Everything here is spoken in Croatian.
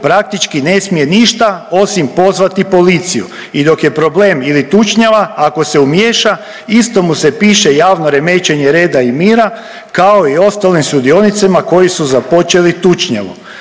praktički ne smije ništa osim pozvati policiju i dok je problem ili tučnjava, ako se umiješa, isto mu se piše javno remećenje reda i mira, kao i ostalim sudionicima koji su započeli tučnjavu.